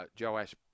Joash